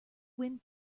wind